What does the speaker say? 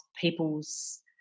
people's